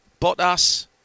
Bottas